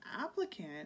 applicant